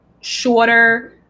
shorter